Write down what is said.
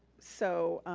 so.